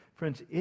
Friends